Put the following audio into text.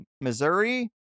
Missouri